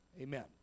Amen